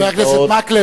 חבר הכנסת מקלב,